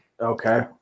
Okay